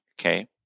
okay